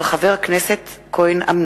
מאת חברי הכנסת שי חרמש ויצחק וקנין,